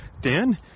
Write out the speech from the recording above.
Dan